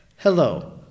Hello